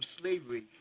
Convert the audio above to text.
slavery